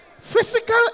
Physical